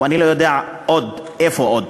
ואני לא יודע איפה עוד,